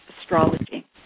Astrology